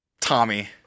Tommy